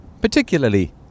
Particularly